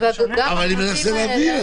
אני מנסה להבין.